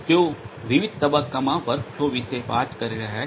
તેઓ વિવિધ તબક્કામાં વર્કફ્લો વિશે વાત કરી રહ્યા છે